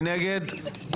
מי נגד?